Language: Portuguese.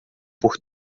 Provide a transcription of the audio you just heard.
por